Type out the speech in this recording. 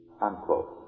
Unquote